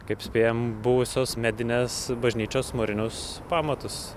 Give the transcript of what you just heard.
kaip spėjam buvusios medinės bažnyčios mūrinius pamatus